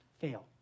Fail